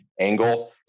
angle